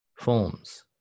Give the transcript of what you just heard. forms